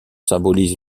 symbolise